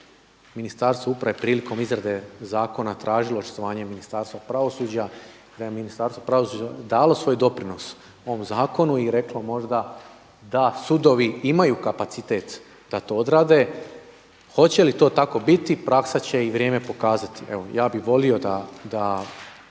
Ministarstvo uprave prilikom uprave izrade zakona tražilo očitovanje Ministarstva pravosuđa, da je Ministarstvo pravosuđa dalo svoj doprinos ovom zakonu i reklo možda da sudovi imaju kapacitet da to odrade, hoće li to tako biti, praksa će i vrijeme pokazati. Evo, ja bih volio da